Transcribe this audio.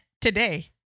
today